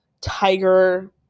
tiger